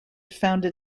founded